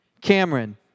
Cameron